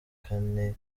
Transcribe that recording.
kane